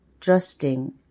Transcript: trusting